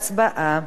הצבעה.